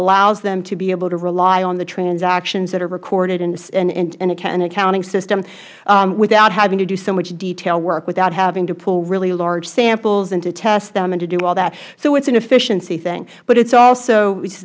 allows them to be able to rely on the transactions that are recorded in an accounting system without having to do so much detail work without having to pull really large samples and to test them and to do all that so it is an efficiency thing but it is also